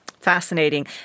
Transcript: Fascinating